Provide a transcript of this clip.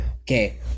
okay